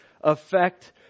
Affect